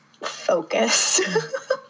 focus